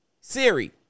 Siri